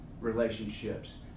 relationships